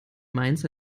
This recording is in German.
mainz